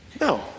No